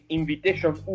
invitation